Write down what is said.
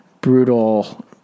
brutal